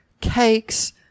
cakes